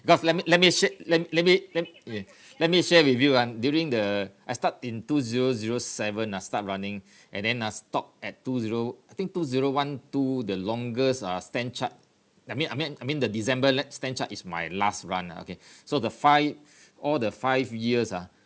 because let me let me share let let me let yeah let me share with you ah during the I start in two zero zero seven ah start running and then ah stop at two zero I think two zero one two the longest ah stanchart I mean I mean I mean the december let stanchart is my last run lah okay so the five all the five years ah